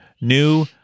New